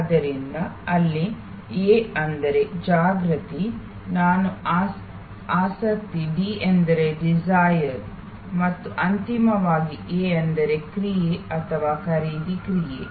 ಆದ್ದರಿಂದ ಅಲ್ಲಿ ಡಿಸೈರ್ ಎಂದರೆ ಜಾಗೃತಿ ನಾನು ಆಸಕ್ತಿ ಡಿ ಎಂದರೆ ಡಿಸೈರ್ ಮತ್ತು ಅಂತಿಮವಾಗಿ ಎ ಎಂದರೆ ಕ್ರಿಯೆ ಅಥವಾ ಖರೀದಿ ಕ್ರಿಯೆ